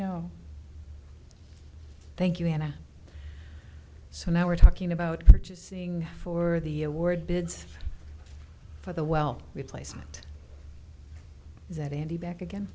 no thank you and so now we're talking about purchasing for the award bids for the well replacement is that andy back again